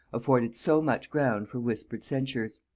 afforded so much ground for whispered censures.